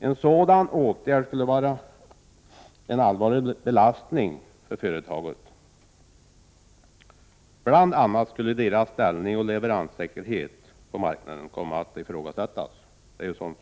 En sådan åtgärd skulle vara en allvarlig belastning för företaget, bl.a. skulle företagets ställning och leveranssäkerhet på marknaden komma att ifrågasättas.